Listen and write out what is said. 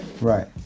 Right